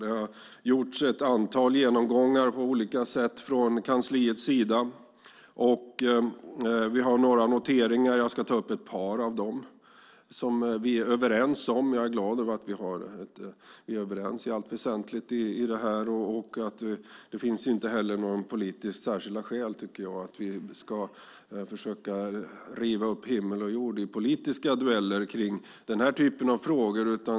Det har gjorts ett antal genomgångar från kansliets sida. Vi har några noteringar. Jag ska ta upp ett par av dem. Jag är glad att vi är överens i allt väsentligt. Det finns ingen anledning att riva upp himmel och jord i politiska dueller när det gäller sådana här frågor.